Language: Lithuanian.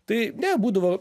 tai ne būdavo